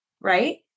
right